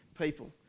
people